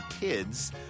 kids